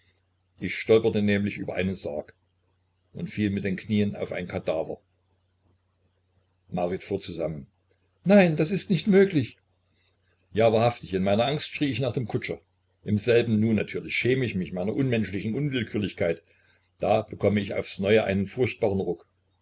ich stolperte nämlich über einen sarg und fiel mit den knien auf einen kadaver marit fuhr zusammen nein das ist nicht möglich ja wahrhaftig in meiner angst schrei ich nach dem kutscher im selben nu natürlich schäm ich mich meiner menschlichen unwillkürlichkeit da bekomme ich aufs neue einen furchtbaren ruck